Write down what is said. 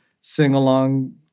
sing-along